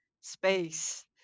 space